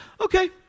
Okay